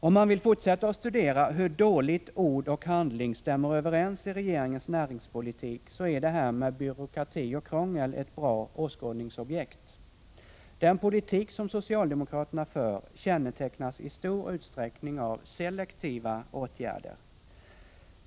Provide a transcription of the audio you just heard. Om man vill fortsätta att studera hur dåligt ord och handling stämmer överens i regeringens näringspolitik, är det här med byråkrati och krångel ett bra åskådningsobjekt. Den politik som socialdemokraterna för kännetecknas i stor utsträckning av selektiva åtgärder.